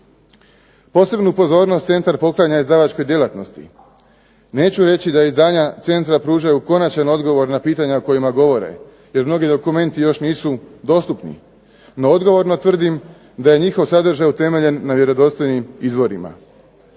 Posebnu pozornost Centar poklanja izdavačkoj djelatnosti, neću reći da izdanja Centra pružaju konačan odgovor na pitanja kojima govore, jer mnogi dokumenti još nisu dostupni, no odgovorno tvrdim da je njihov sadržaj utemeljen na vjerodostojnim izvorima.